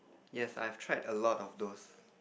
yes I have tried a lot of those